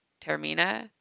Termina